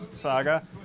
saga